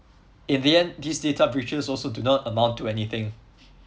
in the end this data features also do not amount to anything